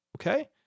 Okay